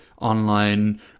online